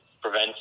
prevent